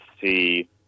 see